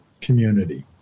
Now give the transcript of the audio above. community